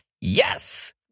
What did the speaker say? yes